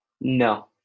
No